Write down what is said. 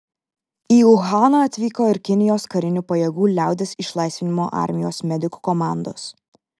į uhaną atvyko ir kinijos karinių pajėgų liaudies išlaisvinimo armijos medikų komandos